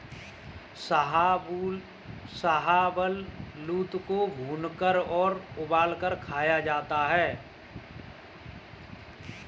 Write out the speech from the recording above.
शाहबलूत को भूनकर और उबालकर खाया जाता है